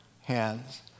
Hands